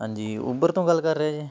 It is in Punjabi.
ਹਾਂਜੀ ਉਬਰ ਤੋਂ ਗੱਲ ਕਰ ਰਹੇ ਜੀ